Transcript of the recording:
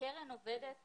הקרן עובדת